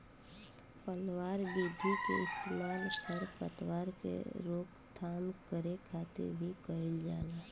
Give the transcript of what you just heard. पलवार विधि के इस्तेमाल खर पतवार के रोकथाम करे खातिर भी कइल जाला